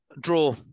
Draw